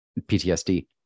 PTSD